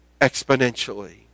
exponentially